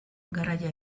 garaia